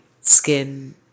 skin